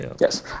Yes